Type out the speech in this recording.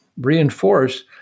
reinforce